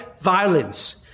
violence